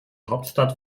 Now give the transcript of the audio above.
hauptstadt